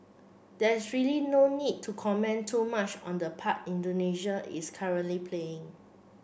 there is really no need to comment too much on the part Indonesia is currently playing